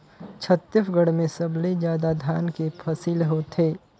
छत्तीसगढ़ में सबले जादा धान के फसिल होथे